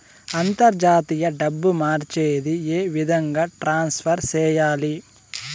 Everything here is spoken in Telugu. అంతర్జాతీయ డబ్బు మార్చేది? ఏ విధంగా ట్రాన్స్ఫర్ సేయాలి?